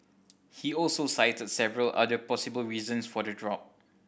he also cited several other possible reasons for the drop